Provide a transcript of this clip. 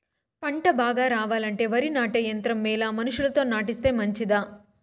పంట బాగా రావాలంటే వరి నాటే యంత్రం మేలా మనుషులతో నాటిస్తే మంచిదా?